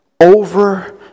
over